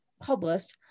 published